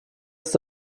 ist